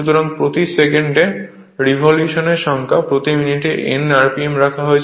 সুতরাং প্রতি সেকেন্ডে রেভলিউশনের সংখ্যা প্রতি মিনিটে N rpm রাখা হয়েছে